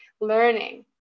learning